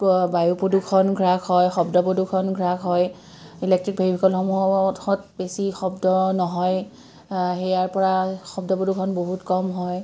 ব বায়ু প্ৰদূষণ হ্ৰাস হয় শব্দ প্ৰদূষণ হ্ৰাস হয় ইলেক্ট্ৰিক ভেহিকেলসমূহত বেছি শব্দ নহয় ইয়াৰ পৰা শব্দ প্ৰদূষণ বহুত কম হয়